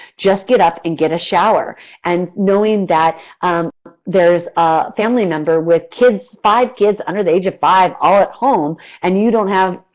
just get up and get a shower and knowing that there is a family member with kids, five kids under the age of five, all at home and you don't have,